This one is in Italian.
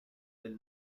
del